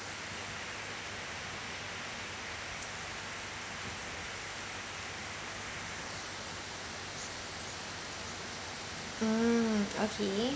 mm okay